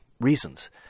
Reasons